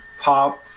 pop